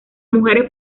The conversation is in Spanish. mujeres